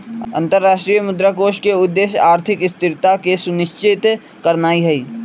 अंतरराष्ट्रीय मुद्रा कोष के उद्देश्य आर्थिक स्थिरता के सुनिश्चित करनाइ हइ